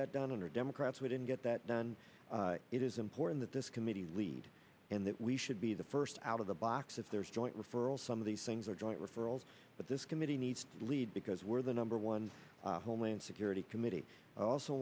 that done under democrats we didn't get that done it is important that this committee lead and that we should be the first out of the box if there's joint referral some of these things are joint referrals but this committee needs lead because we're the number one homeland security committee also